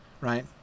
right